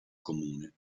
comune